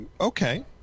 okay